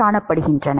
ஆம்